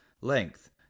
Length